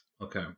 okay